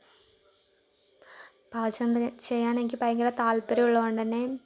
പാചകം ചെയ്യാൻ എനിക്ക് ഭയങ്കര താല്പര്യം ഉള്ളതുകൊണ്ടുതന്നെ